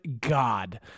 God